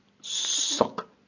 Suck